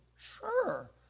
sure